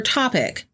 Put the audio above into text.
topic